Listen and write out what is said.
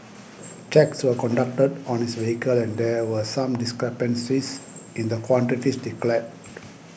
checks were conducted on his vehicle and there were some discrepancies in the quantities declared